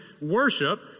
worship